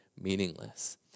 meaningless